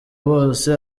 bose